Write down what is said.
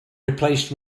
replaced